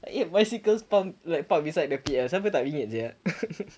eight bicycles pump~ like parked beside the P_L siapa tak bingit sia